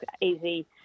easy